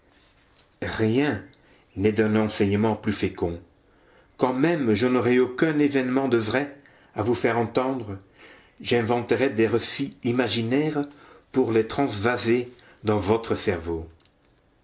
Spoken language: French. rien n'est d'un enseignement plus fécond quand même je n'aurais aucun événement de vrai à vous faire entendre j'inventerais des récits imaginaires pour les transvaser dans votre cerveau